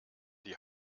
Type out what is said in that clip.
die